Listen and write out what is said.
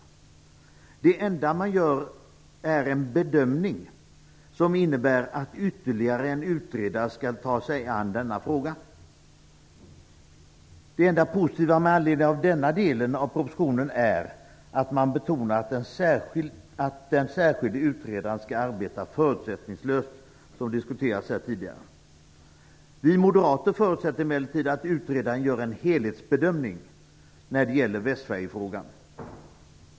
Det enda man gör är en bedömning, som innebär att ytterligare en utredare skall ta sig an denna fråga. Det enda positiva i denna del av propositionen är att man betonar att den särskilde utredaren skall arbeta förutsättningslöst, vilket diskuterats här tidigare. Vi moderater förutsätter emellertid att utredaren gör en helhetsbedömning när det gäller Västsverigefrågan.